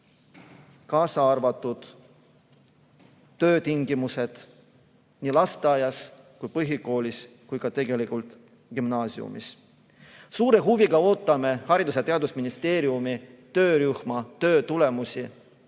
kaasa arvatud töötingimused nii lasteaias, põhikoolis kui ka gümnaasiumis. Suure huviga ootame Haridus- ja Teadusministeeriumi töörühma töö tulemusi,